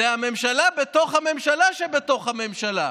זאת הממשלה בתוך הממשלה שבתוך הממשלה,